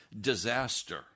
Disaster